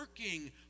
working